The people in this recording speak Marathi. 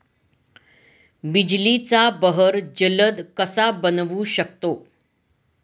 बिजलीचा बहर जलद कसा बनवू शकतो?